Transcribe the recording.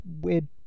weird